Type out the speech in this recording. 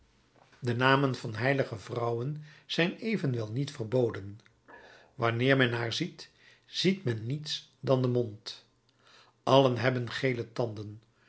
de namen van heilige vrouwen zijn evenwel niet verboden wanneer men haar ziet ziet men niets dan den mond allen hebben gele tanden